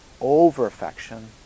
over-affection